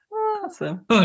Awesome